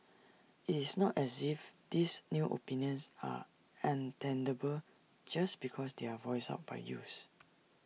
IT is not as if these new opinions are untenable just because they are voiced out by youths